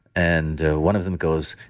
and one of them goes,